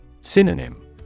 Synonym